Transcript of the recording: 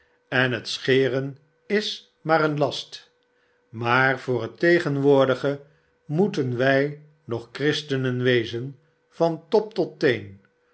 en het scheren is maar een last maar voor het tegenwoordige moeten wij nog christenen wezen van top tot teen